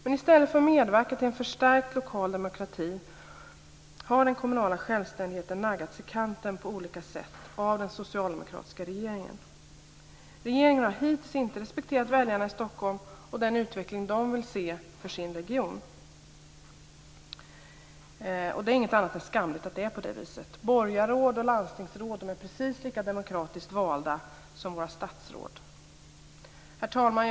I stället för att medverka till en förstärkt lokal demokrati har den kommunala självständigheten naggats i kanten på olika sätt av den socialdemokratiska regeringen. Regeringen har hittills inte respekterat väljarna i Stockholm och den utveckling de vill se för sin region. Det är inget annat än skamligt att det är på det viset. Borgarråd och landstingsråd är precis lika demokratiskt valda som våra statsråd. Herr talman!